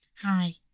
Hi